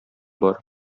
бар